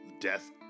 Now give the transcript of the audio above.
Death